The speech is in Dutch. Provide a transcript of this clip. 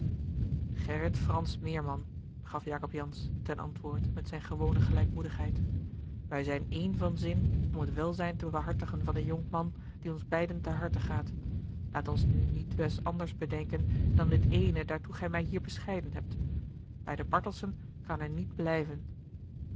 gerrit fransz meerman gaf jacob jansz ten antwoord met zijne gewone gelijkmoedigheid wij zijn één van zin om het welzijn te behartigen van den jonkman die ons beiden ter harte gaat laat ons nu nietwes anders bedenken dan dit eene daartoe gij mij hier bescheiden hebt bij de bartelsen kan hij niet blijven